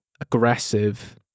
aggressive